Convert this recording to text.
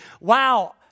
wow